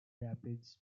rapids